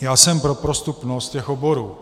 Já jsem pro prostupnost těch oborů.